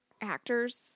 actors